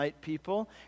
people